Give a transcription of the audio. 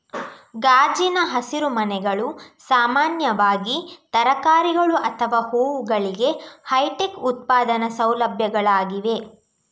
ಗಾಜಿನ ಹಸಿರುಮನೆಗಳು ಸಾಮಾನ್ಯವಾಗಿ ತರಕಾರಿಗಳು ಅಥವಾ ಹೂವುಗಳಿಗೆ ಹೈಟೆಕ್ ಉತ್ಪಾದನಾ ಸೌಲಭ್ಯಗಳಾಗಿವೆ